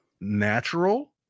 Natural